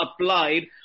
applied